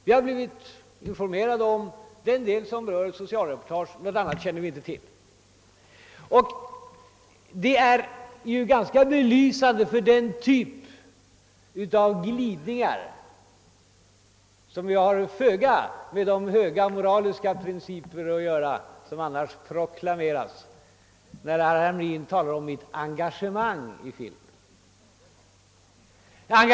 Vi har blivit informe rade om den del som rör socialreportaget; något annat känner vi inte till. Det är ganska belysande för den typ av glidningar som har föga med de höga moraliska principer att göra som annars proklameras, att herr Hamrin i Jönköping talade om mitt engagemang i filmen.